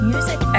Music